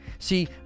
See